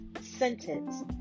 sentence